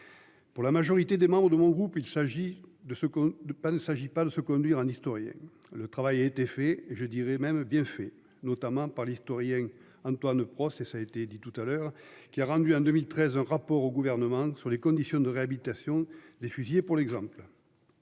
Pour la majorité des membres de mon groupe, il s'agit de ce con de pas. Ne s'agit pas de se conduire un historien. Le travail a été fait et je dirais même bien fait, notamment par l'historien Antoine Prost et ça a été dit tout à l'heure qui a rendu en 2013 un rapport au gouvernement sur les conditions de réhabilitation des fusillés pour l'exemple.